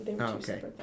Okay